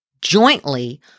jointly